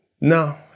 no